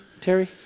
Terry